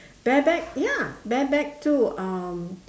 bare back ya bare back too um